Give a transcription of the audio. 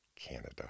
Canada